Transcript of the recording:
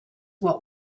what